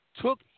took